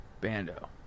bando